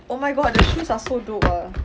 oh my god the shoes are so dope ah